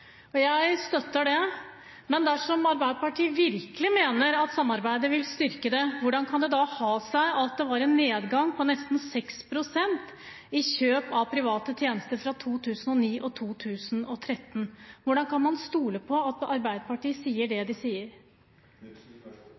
Jeg støtter det. Men dersom Arbeiderpartiet virkelig mener at samarbeidet vil styrke det, hvordan kan det da ha seg at det var en nedgang på nesten 6 pst. i kjøp av private tjenester fra 2009 til 2013? Hvordan kan man stole på at Arbeiderpartiet mener det de sier?